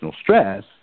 stress